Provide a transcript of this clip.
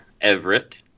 Everett